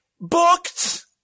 booked